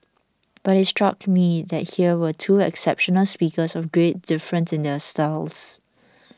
but it struck me that here were two exceptional speakers of great difference in their styles